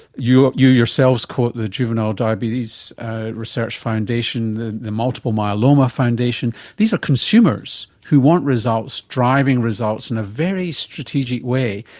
you you yourselves quote the juvenile diabetes research foundation, the the multiple myeloma foundation. these are consumers who want results, driving results in a very strategic way.